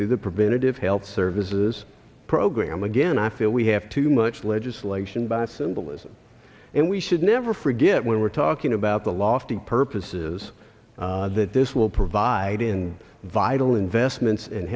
through the preventative health services program again i feel we have too much legislation by symbolism and we should never forget when we're talking about the lofty purposes that this will provide in vital